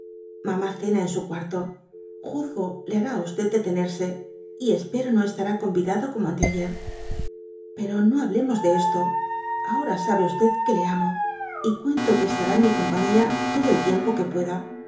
mamá cena en su cuarto juzgo le hará á detenerse y espero no estará convidado como anteayer pero no hablemos de esto ahora sabe que le amo y cuento que estará en mi compañía todo el jtiempo que pueda